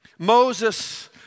Moses